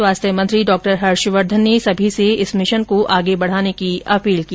स्वास्थ्य मंत्री डॉ हर्ष वर्धन ने सभी से इस मिशन को आगे बढ़ाने की अपील की